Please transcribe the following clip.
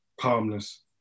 calmness